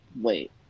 Wait